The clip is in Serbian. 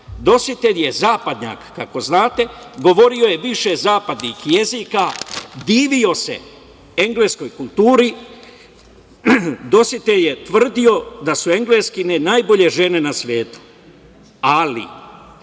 Dositej je zapadnjak, kako znate, govorio je više zapadnih jezika, divio se Engleskoj kulturi. Dositej je tvrdio da su Engleskinje najbolje žene na svetu, ali